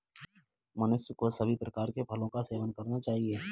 मनुष्य को सभी प्रकार के फलों का सेवन करना चाहिए